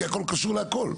כי הכל קשור להכל.